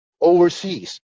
overseas